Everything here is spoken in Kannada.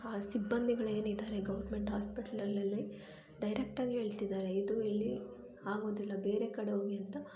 ಆ ಸಿಬ್ಬಂದಿಗಳು ಏನಿದ್ದಾರೆ ಗೌರ್ಮೆಂಟ್ ಹಾಸ್ಪಿಟ್ಲಲ್ಲಿ ಡೈರೆಕ್ಟಾಗಿ ಹೇಳ್ತಿದ್ದಾರೆ ಇದು ಇಲ್ಲಿ ಆಗೋದಿಲ್ಲ ಬೇರೆ ಕಡೆ ಹೋಗೀಂತ